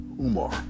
Umar